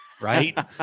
right